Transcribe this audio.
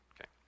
Okay